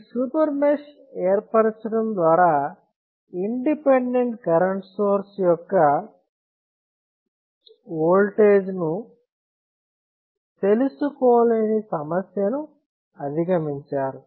ఈ super mesh ఏర్పరచడం ద్వారా ఇండిపెండెంట్ కరెంట్ సోర్స్ యొక్క ఓల్టేజ్ ను తెలుసుకోలేని సమస్యను అధిగమించారు